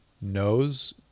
...knows